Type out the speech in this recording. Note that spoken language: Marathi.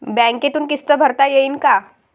बँकेतून किस्त भरता येईन का?